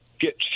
get